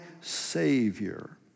Savior